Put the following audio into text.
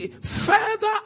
Further